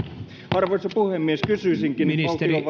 arvoisa puhemies kysyisinkin